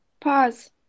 pause